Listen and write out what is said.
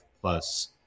plus